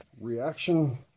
reaction